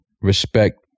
respect